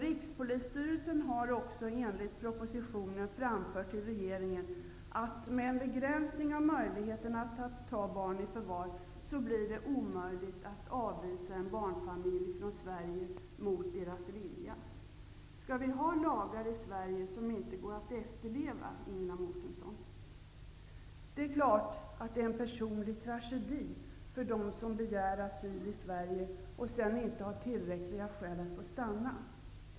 Rikspolisstyrelsen har också enligt propositionen framfört till regeringen att det med en begränsing av möjligheterna att ta barn i förvar blir omöjligt att avvisa en barnfamilj från Sverige mot deras vilja. Skall vi ha lagar i Sverige som det inte går att efterleva, Ingela Mårtensson? Det är en personlig tragedi för dem som begärt asyl i Sverige men som inte har tillräckliga skäl att få stanna.